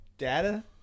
Data